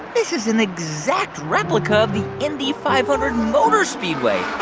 this is an exact replica of the indy five hundred motor speedway.